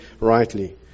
rightly